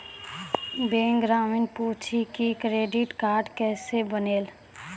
Bank ग्राहक पुछी की क्रेडिट कार्ड केसे बनेल?